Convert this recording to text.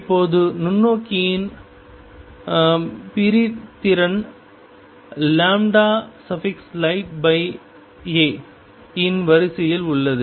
இப்போது நுண்ணோக்கியின் பிரித்திறண் lighta இன் வரிசையில் உள்ளது